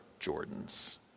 Jordans